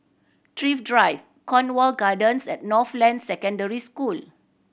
Thrift Drive Cornwall Gardens and Northland Secondary School